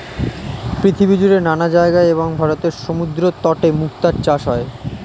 পৃথিবীজুড়ে নানা জায়গায় এবং ভারতের সমুদ্রতটে মুক্তার চাষ হয়